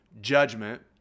judgment